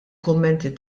kummenti